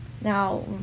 now